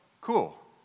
cool